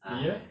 !aiya!